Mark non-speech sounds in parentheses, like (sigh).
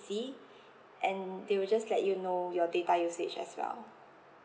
C (breath) and they will just let you know your data usage as well